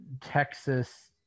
texas